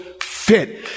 fit